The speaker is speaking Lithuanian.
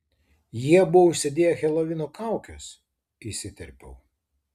jie buvo užsidėję helovino kaukes įsiterpiau